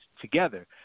together